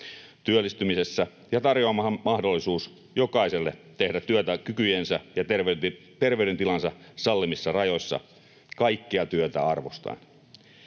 työllistymisessä ja tarjota mahdollisuuden jokaiselle tehdä työtä kykyjensä ja terveydentilansa sallimissa rajoissa, kaikkea työtä arvostaen.